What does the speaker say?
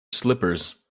slippers